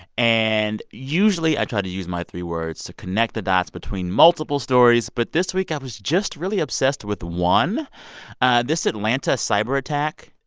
and usually, i try to use my three words to connect the dots between multiple stories. but this week, i was just really obsessed with one this atlanta cyberattack.